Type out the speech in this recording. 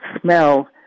smell